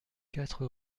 quatre